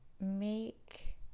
make